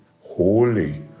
holy